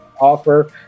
offer